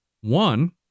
One